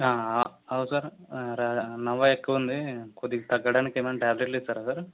అవ్ సార్ నవ ఎక్కువ ఉంది కొద్దిగా తగ్గడానికి ఏమన్న ట్యాబ్లెట్లు ఇస్తారా సార్